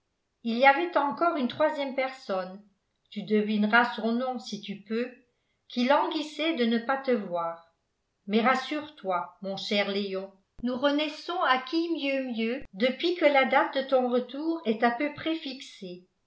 il y avait encore une troisième personne tu devineras son nom si tu peux qui languissait de ne pas te voir mais rassure-toi mon cher léon nous renaissons à qui mieux mieux depuis que la date de ton retour est à peu près fixée